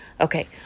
Okay